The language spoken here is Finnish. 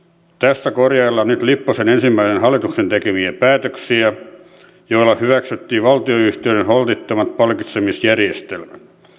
tässä korjaillaan nyt lipposen ensimmäisen hallituksen tekemiä päätöksiä joilla hyväksyttiin valtionyhtiöiden holtittomat palkitsemisjärjestelmät